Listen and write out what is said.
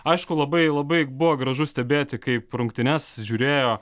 aišku labai labai buvo gražu stebėti kaip rungtynes žiūrėjo